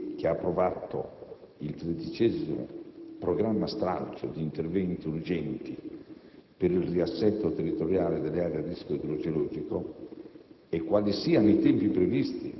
del 4 maggio 2006, che ha approvato il 13° Programma stralcio di interventi urgenti per il riassetto territoriale delle aree a rischio idrogeologico